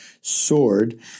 sword